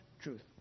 truth